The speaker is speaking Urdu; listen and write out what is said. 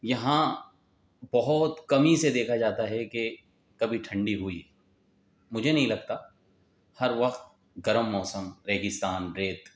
یہاں بہت کمی سے دیکھا جاتا ہے کہ کبھی ٹھنڈی ہوئی مجھے نہیں لگتا ہر وقت گرم موسم ریگستان ریت